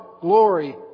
glory